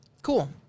Cool